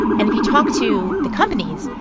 and if you talk to the companies,